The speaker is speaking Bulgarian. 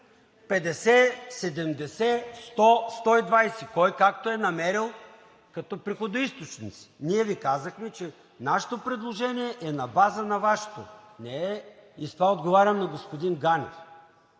50, 70, 100, 120, кой както е намерил като приходоизточници. Ние Ви казахме, че нашето предложение е на база на Вашето, не е... И с това отговарям на господин Ганев